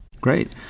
Great